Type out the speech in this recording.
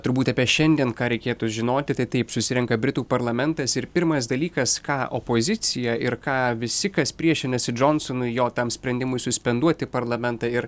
turbūt apie šiandien ką reikėtų žinoti tai taip susirenka britų parlamentas pirmas dalykas ką opozicija ir ką visi kas priešinasi džonsonui jo tam sprendimui suspenduoti parlamentą ir